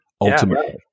ultimately